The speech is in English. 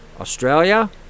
Australia